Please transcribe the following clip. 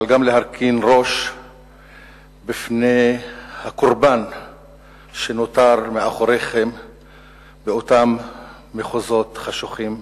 אבל גם להרכין ראש בפני הקורבן שנותר מאחוריכם באותם מחוזות חשוכים.